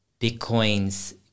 Bitcoin's